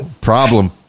problem